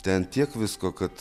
ten tiek visko kad